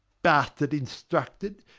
bastard instructed,